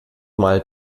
mal